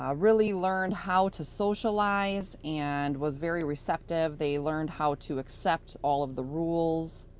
ah really learned how to socialize and was very receptive. they learned how to accept all of the rules.